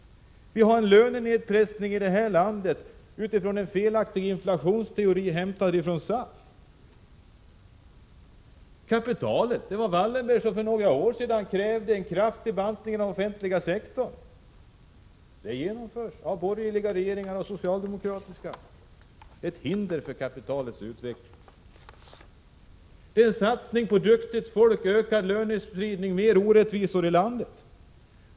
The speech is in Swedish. Vi har en lönenedpressning i landet utifrån en felaktig inflationsteori hämtad från SAF. Det var Wallenberg som för några år sedan krävde en kraftig bantning av den offentliga sektorn. Den genomförs av borgerliga regeringar och av socialdemokratiska regeringar. Den offentliga sektorn är ett hinder för kapitalets utveckling. Satsningen på duktigt folk ökar lönespridningen, och det blir flera orättvisor i landet.